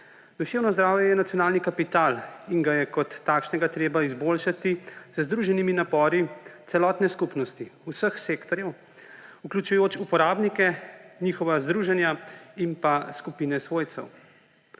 Duševno zdravje je nacionalni kapital in ga je kot takšnega treba izboljšati z združenimi napori celotne skupnosti vseh sektorjev, vključujoč uporabnike, njihova združenja in pa skupine svojcev.